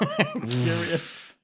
curious